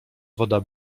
woda